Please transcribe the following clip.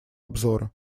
обзора